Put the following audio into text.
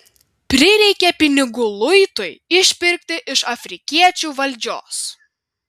prireikė pinigų luitui išpirkti iš afrikiečių valdžios